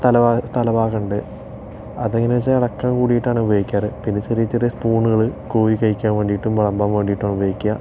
തലഭാഗം ഉണ്ട് അത് എങ്ങനെയാണെന്ന് വച്ചാൽ ഇളക്കാൻ കൂടിയിട്ടാണ് ഉപയോഗിക്കാറ് പിന്നെ ചെറിയ ചെറിയ സ്പൂണുകള് കോരി കഴിക്കാൻ വേണ്ടിയിട്ടും വിളമ്പാൻ വേണ്ടിയിട്ടുമാണ് ഉപയോഗിക്കുക